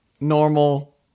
normal